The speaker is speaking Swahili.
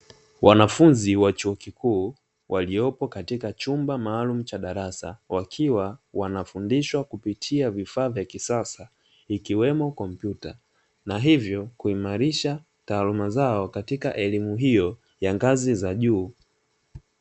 Wanafunzi wa chuo kikuu wakiwemo katika chumba maalumu cha darasa, wakiwa wanafundishwa kupitia vifaa maalumu vya kisasa ikiwemo komputa na hivyo kuimarisha taaluma zao katika elimu hiyo ya ngazi za juu.